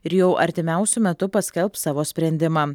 ir jau artimiausiu metu paskelbs savo sprendimą